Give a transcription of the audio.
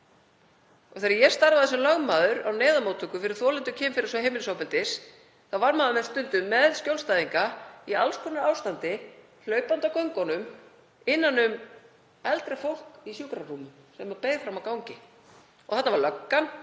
Þegar ég starfaði sem lögmaður á neyðarmóttöku fyrir þolendur kynferðis- og heimilisofbeldis þá var maður stundum með skjólstæðinga í alls konar ástandi, hlaupandi á göngunum innan um eldra fólk í sjúkrarúmum sem beið frammi á gangi. Þarna var löggan,